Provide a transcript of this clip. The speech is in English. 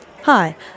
Hi